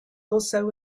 also